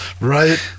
Right